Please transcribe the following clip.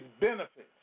benefits